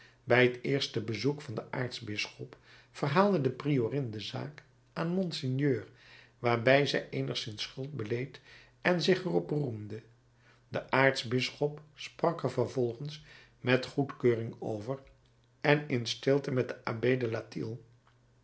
bij het eerste bezoek van den aartsbisschop verhaalde de priorin de zaak aan monseigneur waarbij zij eenigszins schuld beleed en zich er op beroemde de aartsbisschop sprak er vervolgens met goedkeuring over en in stilte met den abbé de latil